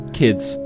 kids